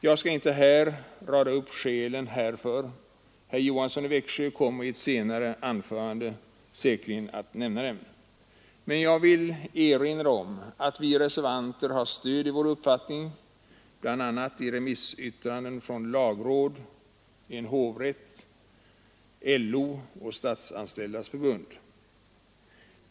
Jag skall inte rada upp skälen härför — herr Johansson i Växjö kommer i ett senare anförande säkerligen att nämna dem — men jag vill erinra om att vi reservanter har stöd i vår uppfattning bl.a. i remissyttranden från lagrådet, en hovrätt, LO och Statsanställdas förbund.